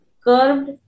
curved